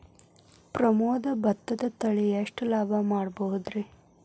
ಪ್ರಮೋದ ಭತ್ತದ ತಳಿ ಎಷ್ಟ ಲಾಭಾ ಮಾಡಬಹುದ್ರಿ?